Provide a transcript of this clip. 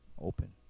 open